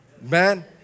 Man